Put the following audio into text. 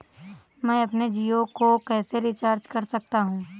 मैं अपने जियो को कैसे रिचार्ज कर सकता हूँ?